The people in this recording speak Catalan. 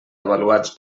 avaluats